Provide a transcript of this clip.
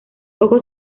ojos